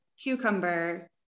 cucumber